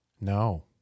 No